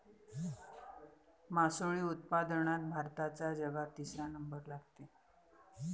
मासोळी उत्पादनात भारताचा जगात तिसरा नंबर लागते